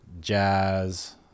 jazz